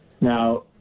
Now